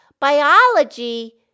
biology